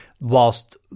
whilst